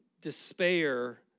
despair